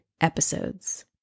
episodes